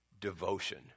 devotion